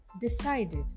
decided